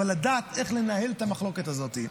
אבל לדעת איך לנהל את המחלוקת הזאת.